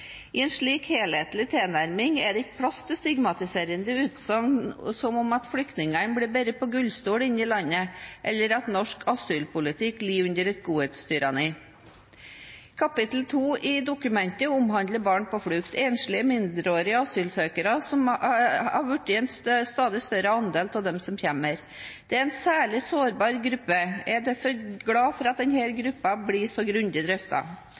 I en slik helhetlig tilnærming er det ikke plass til stigmatiserende utsagn som at flyktningene blir båret på gullstol inn i landet, eller at norsk asylpolitikk lider under et godhetstyranni. Kapittel to i dokumentet omhandler barn på flukt. Enslige, mindreårige asylsøkere har blitt en stadig større andel av dem som kommer. Det er en særlig sårbar gruppe. Jeg er derfor glad for at denne gruppen blir så grundig